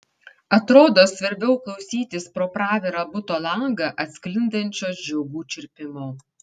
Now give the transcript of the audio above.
atrodo svarbiau klausytis pro pravirą buto langą atsklindančio žiogų čirpimo